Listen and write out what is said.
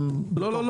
לא.